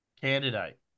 candidate